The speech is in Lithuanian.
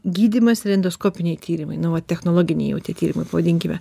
gydymas ir endoskopiniai tyrimai na va technologiniai jau tie tyrimai pavadinkime